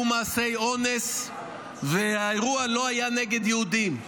מעשי אונס והאירוע לא היה נגד יהודים,